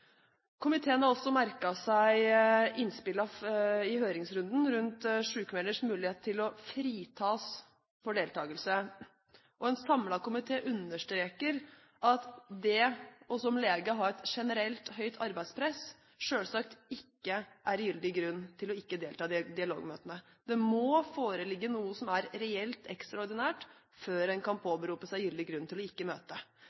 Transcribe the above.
Komiteen har også merket seg innspillene i høringsrunden rundt sykmelders mulighet til å fritas for deltakelse, og en samlet komité understreker at det som lege å ha et generelt høyt arbeidspress selvsagt ikke er gyldig grunn til ikke å delta i dialogmøtene. Det må foreligge noe som er reelt ekstraordinært, før en kan påberope seg gyldig grunn til ikke å møte.